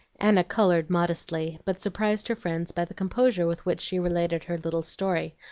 anna colored modestly, but surprised her friends by the composure with which she related her little story,